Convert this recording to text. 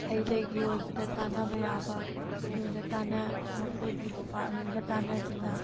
ꯍꯩꯂꯩꯒꯤ ꯑꯣꯏꯕꯗ ꯇꯥꯅꯕ ꯌꯥꯕꯁꯤꯡꯗ ꯇꯥꯅ ꯃꯈꯣꯏꯒꯤ ꯗꯤꯄꯥꯔꯃꯦꯠꯒ ꯇꯥꯅꯗꯨꯅ